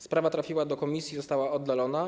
Sprawa trafiła do komisji i została oddalona.